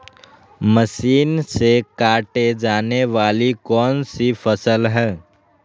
Machine से काटे जाने वाली कौन सी फसल है?